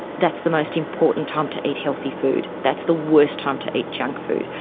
that's the most important time to eat healthy food, that's the worst time to eat junk food.